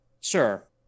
Sure